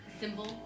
symbol